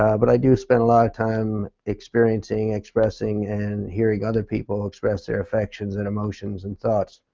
ah but i do spend a lot of time experiencing, expressing and hearing other people express there affections and emotions and thoughts.